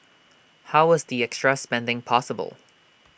how was the extra spending possible